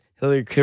Hillary